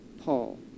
Paul